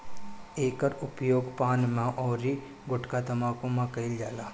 एकर उपयोग पान में अउरी गुठका तम्बाकू में कईल जाला